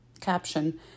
caption